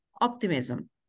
optimism